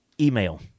email